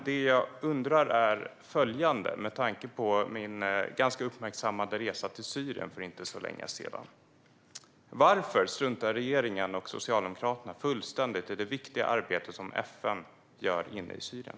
Det jag undrar är följande, med tanke på min ganska uppmärksammade resa till Syrien för inte så länge sedan: Varför struntar regeringen och Socialdemokraterna fullständigt i det viktiga arbete FN gör inne i Syrien?